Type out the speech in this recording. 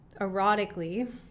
erotically